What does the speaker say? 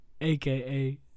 aka